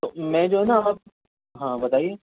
میں جو ہے نا ہاں بتائیے